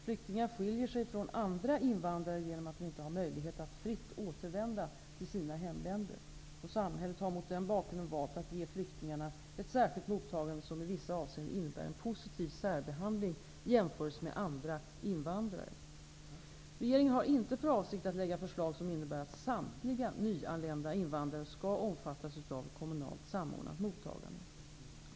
Flyktingar skiljer sig från andra invandrare gnom att de inte har möjlighet att fritt återvända till sina hemländer. Samhället har mot denna bakgrund valt att ge flyktingarna ett särskilt mottagande som i vissa avseenden innebär en positiv särbehandling i jämförelse med andra invandrare. Regeringen har inte för avsikt att lägga fram förslag som innebär att samtliga nyanlända invandrare skall omfattas av ett kommunalt samordnat mottagande.